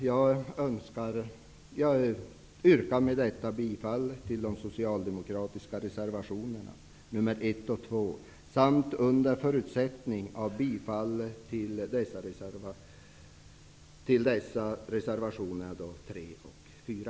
Jag yrkar bifall till de socialdemokratiska reservationerna 1 och 2 samt, under förutsättning av bifall till dessa reservationer, bifall till reservationerna 3 och 4.